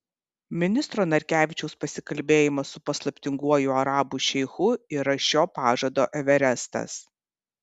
ministro narkevičiaus pasikalbėjimas su paslaptinguoju arabų šeichu yra šio pažado everestas